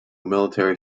military